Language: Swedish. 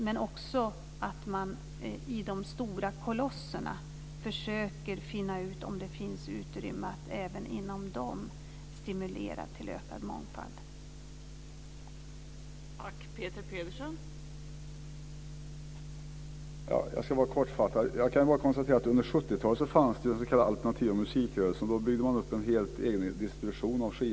Men det handlar också om att försöka finna ut om det finns utrymme att stimulera till ökad mångfald även i de stora kolosserna.